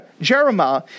Jeremiah